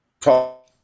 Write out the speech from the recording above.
talk